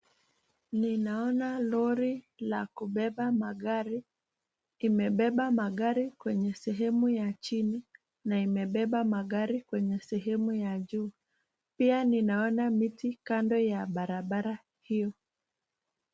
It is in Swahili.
Ninaona lori la kubeba magari imebeba magari kwenye sehemu ya chini na imebeba magari kwenye sehemu ya juu. Pia ninaona miti kando ya barabara hiyo.